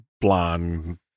blonde